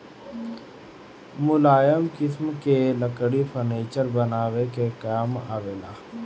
मुलायम किसिम के लकड़ी फर्नीचर बनावे के काम आवेला